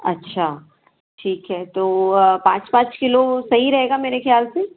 अच्छा ठीक है तो पाँच पाँच किलो वो सही रहेगा मेरे ख़याल से